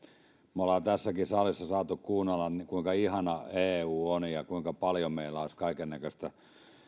me olemme tässäkin salissa saaneet kuunnella kuinka ihana eu on ja kuinka paljon meille olisi kaikennäköistä